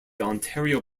ontario